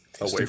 away